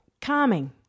Calming